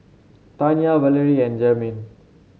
Tanya Valery and Jermain